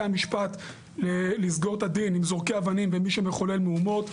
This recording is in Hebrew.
המשפט לסגור את הדין עם זורקי אבנים ומי שמחולל מהומות.